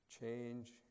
change